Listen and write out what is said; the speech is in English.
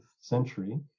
century